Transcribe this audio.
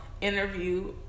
interview